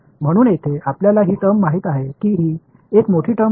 म्हणून येथे आपल्याला ही टर्म माहित आहे की ही एक मोठी टर्म आहे